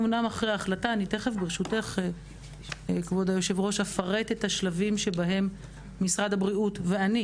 תכף אפרט את השלבים שבהם משר הבריאות ואני